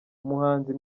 umuhanzi